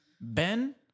Ben